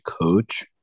coach